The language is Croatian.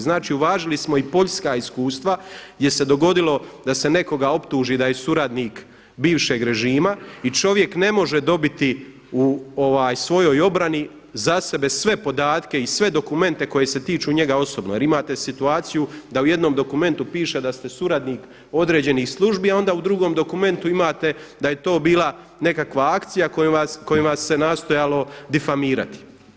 Znači uvažili smo i poljska iskustva gdje se dogodilo da se nekoga optuži da je suradnik bivšeg režima i čovjek ne može dobiti u svojoj obrani za sebe sve podatke i sve dokumente koje se tiču njega osobno jer imate situaciju da u jednom dokumentu piše da ste suradnik određenih službi, a onda u drugom dokumentu imate da je to bila akcija kojom vas se nastojalo difamirati.